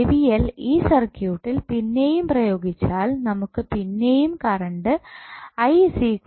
KVL ഈ സർക്യൂട്ടിൽ പിന്നെയും പ്രയോഗിച്ചാൽ നമുക്ക് പിന്നെയും കറണ്ട് A ആയി കിട്ടും